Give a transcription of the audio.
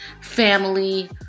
family